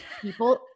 People